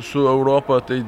su europa tai